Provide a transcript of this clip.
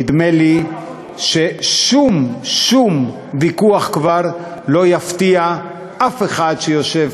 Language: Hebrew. נדמה לי ששום ויכוח כבר לא יפתיע אף אחד שיושב